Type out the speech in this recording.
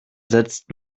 setzt